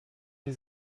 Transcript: sie